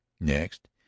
Next